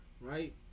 right